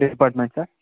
department sir